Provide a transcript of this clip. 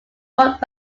looked